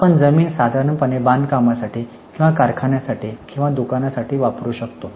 आपण जमीन साधारणपणे बांधकामासाठी किंवा कारखान्यासाठी किंवा दुकानासाठी वापरू शकतो